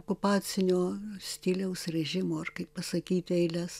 okupacinio stiliaus režimo ar kaip pasakyti eiles